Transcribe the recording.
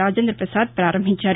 రాజేంద్రపసాద్ పారంభించారు